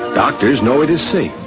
doctors know it is safe,